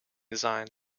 designs